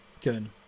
good